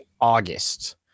August